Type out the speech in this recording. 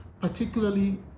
particularly